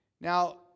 now